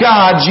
God